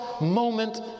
moment